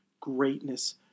greatness